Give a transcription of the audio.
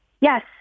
Yes